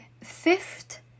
fifth